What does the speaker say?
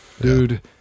Dude